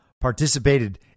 participated